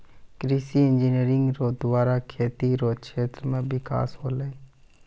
कृषि इंजीनियरिंग रो द्वारा खेती रो क्षेत्र मे बिकास होलै